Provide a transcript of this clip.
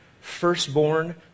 Firstborn